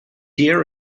year